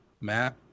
Matt